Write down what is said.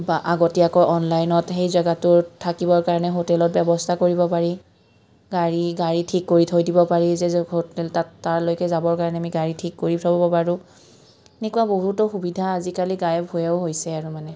বা আগতীয়াকে অনলাইনত সেই জেগাটো থাকিবৰ কাৰণে হোটেলত ব্যৱস্থা কৰিব পাৰি গাড়ী গাড়ী ঠিক কৰি থৈ দিব পাৰি যে হোটেল তাত তাৰলৈকে যাবৰ কাৰণে আমি গাড়ী ঠিক কৰি থব পাৰোঁ এনেকুৱা বহুতো সুবিধা আজিকালি গাঁৱে ভূঁৱেও হৈছে আৰু মানে